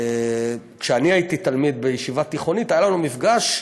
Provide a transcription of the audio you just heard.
כשאני הייתי תלמיד בישיבה תיכונית היה לנו מפגש,